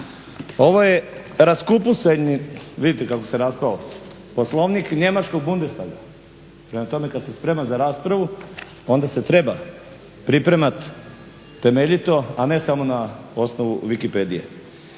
Ovo je raskupusani vidite kako se raspravo Poslovnik njemačkog Bundestaga, prema tome kada se sprema za raspravu onda se treba pripremat temeljito a ne samo na osnovu wikipedie.